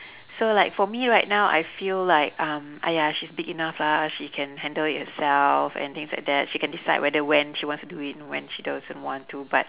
so like for me right now I feel like um !aiya! she's big enough lah she can handle it herself and things like that she can decide whether when she wants to do it and when she doesn't want to but